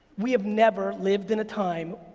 we have never lived in a time